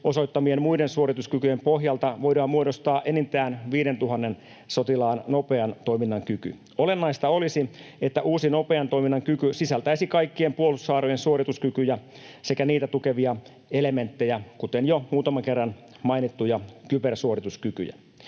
muiden suorituskykyjen pohjalta voidaan muodostaa enintään 5 000 sotilaan nopean toiminnan kyky. Olennaista olisi, että uusi nopean toiminnan kyky sisältäisi kaikkien puolustushaarojen suorituskykyjä sekä niitä tukevia elementtejä, kuten jo muutaman kerran mainittuja kybersuorituskykyjä.